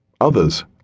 Others